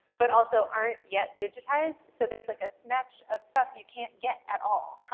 but also aren't yet digitized so there's like a snatch of stuff you can't get at all.